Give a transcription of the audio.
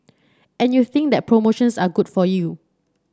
and you think that promotions are good for you